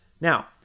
Now